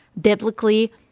biblically